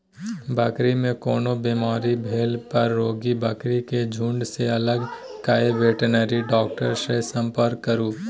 बकरी मे कोनो बेमारी भेला पर रोगी बकरी केँ झुँड सँ अलग कए बेटनरी डाक्टर सँ संपर्क करु